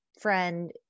friend